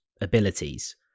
abilities